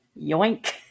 yoink